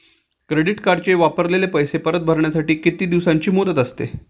Credit कार्डचे वापरलेले पैसे परत भरण्यासाठी किती दिवसांची मुदत असते?